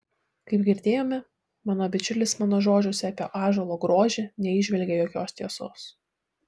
kaip girdėjome mano bičiulis mano žodžiuose apie ąžuolo grožį neįžvelgė jokios tiesos